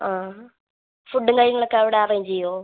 ആ ഫുഡും കാര്യങ്ങളൊക്കെ അവിടെ അറേഞ്ച് ചെയ്യുമോ